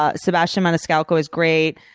ah sebastian maniscalco is great.